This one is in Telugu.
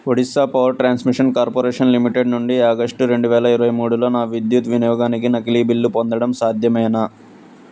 Odisha power transmission corporation limited నుండి ఆగస్టు రెండు వేల ఇరవై మూడులో నా విద్యుత్ వినియోగానికి నకిలీ బిల్లు పొందడం సాధ్యమేనా